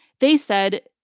they said.